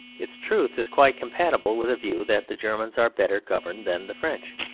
its truth is quite compatible with a view that the germans are better governed than the french.